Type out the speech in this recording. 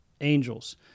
angels